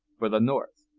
for the north.